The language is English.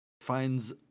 finds